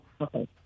Okay